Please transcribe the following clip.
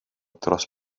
dros